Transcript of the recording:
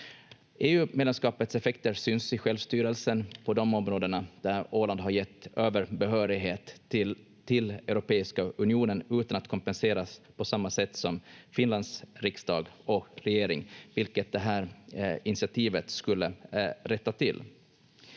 EU-medlemskapets effekter syns i självstyrelsen på de områden där Åland har gett över behörighet till Europeiska unionen utan att kompenseras på samma sätt som Finlands riksdag och regering, vilket det här initiativet skulle rätta till.